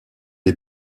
les